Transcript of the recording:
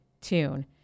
tune